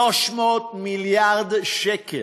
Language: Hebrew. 300 מיליארד שקל,